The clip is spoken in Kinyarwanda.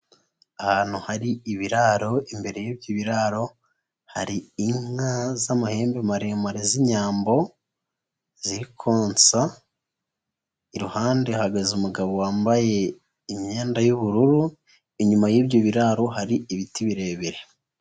Ahantu hari ibiraro, imbere y'ibyo biraro, hari inka z'amahembe maremare z'Inyambo, ziri konsa, iruhande hahagaze umugabo wambaye imyenda y'ubururu, inyuma y'ibyo biraro hari ibiti birebire.